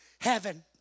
heaven